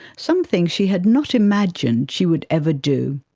something she had not imagined she would ever do.